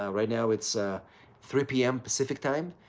ah right now, it's ah three pm pacific time,